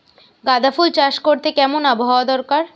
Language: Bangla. গাঁদাফুল চাষ করতে কেমন আবহাওয়া দরকার?